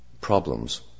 problems